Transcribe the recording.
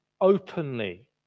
openly